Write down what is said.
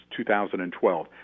2012